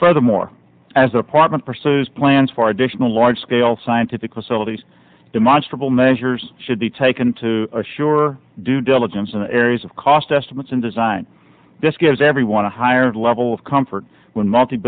furthermore as apartment pursues plans for additional large scale scientific solti's demonstrably measures should be taken to assure due diligence in areas of cost estimates and design this gives everyone a higher level of comfort when multi